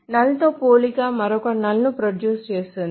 null తో పోలిక మరొక null ను ప్రొడ్యూస్ చేస్తుంది